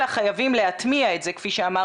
אלא חייבים להטמיע את זה כפי שאמרת,